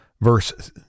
verse